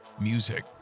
Music